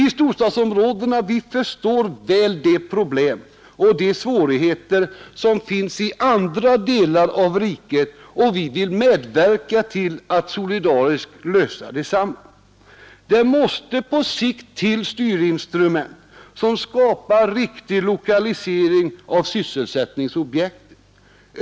Vi i storstadsregionerna förstår väl de problem och svårigheter som finns i andra delar av riket och vill medverka till att lösa desamma. Det måste på sikt till styrinstrument som skapar riktig lokalisering av sysselsättningsobjekt.